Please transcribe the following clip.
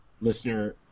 listener